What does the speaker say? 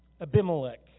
Abimelech